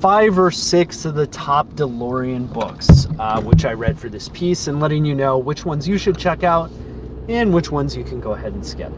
five or six of the top delorean books which i read for this piece and letting you know which you should check out and which ones you can go ahead and skip.